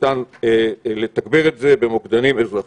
ניתן לתגבר את זה במוקדנים אזרחיים.